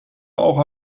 auch